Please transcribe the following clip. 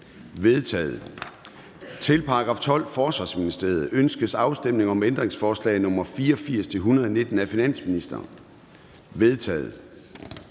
vedtaget. Til § 21. Kulturministeriet. Ønskes afstemning om ændringsforslag nr. 473-501 af finansministeren? De er